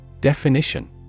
Definition